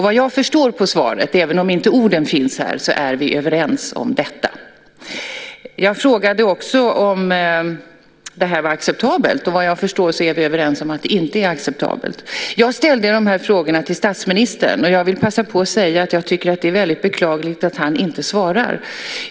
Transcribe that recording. Vad jag förstår av svaret, även om orden inte finns här, är vi överens om detta. Jag frågade också om det här var acceptabelt. Vad jag förstår är vi överens om att det inte är acceptabelt. Jag ställde de här frågorna till statsministern, och jag vill passa på att säga att jag tycker att det är väldigt beklagligt att han inte svarar.